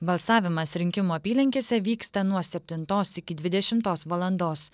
balsavimas rinkimų apylinkėse vyksta nuo septintos iki dvidešimtos valandos